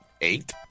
Eight